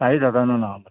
साई सदनान आं मरे